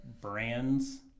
brands